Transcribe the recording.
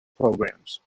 programs